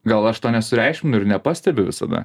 gal aš to nesureikšminu ir nepastebiu visada